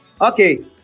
okay